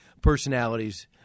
personalities